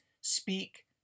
speak